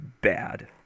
bad